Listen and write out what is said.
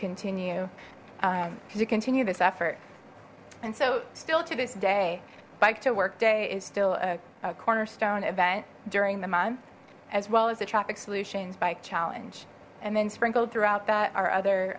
continue could you continue this effort and so still to this day bike to work day is still a cornerstone event during the month as well as the traffic solutions bike challenge and then sprinkled throughout that are